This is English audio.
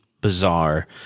bizarre